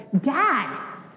Dad